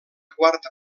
quarta